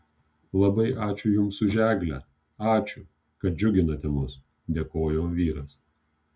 labai ačiū jums už eglę ačiū kad džiuginate mus dėkojo vyras